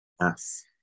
Yes